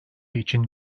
için